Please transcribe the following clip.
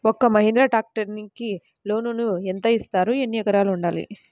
ఒక్క మహీంద్రా ట్రాక్టర్కి లోనును యెంత ఇస్తారు? ఎన్ని ఎకరాలు ఉండాలి?